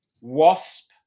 Wasp